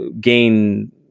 gain